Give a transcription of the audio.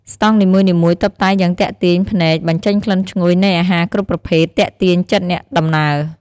ស្តង់នីមួយៗតុបតែងយ៉ាងទាក់ទាញភ្នែក បញ្ចេញក្លិនឈ្ងុយនៃអាហារគ្រប់ប្រភេទទាក់ទាញចិត្តអ្នកដំណើរ។